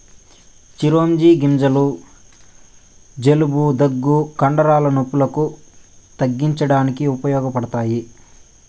చిరోంజి గింజలు జలుబు, దగ్గు, కండరాల నొప్పులను తగ్గించడానికి ఉపయోగపడతాయి